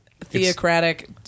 theocratic